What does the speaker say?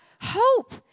hope